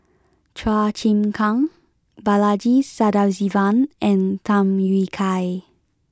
Chua Chim Kang Balaji Sadasivan and Tham Yui Kai